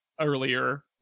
earlier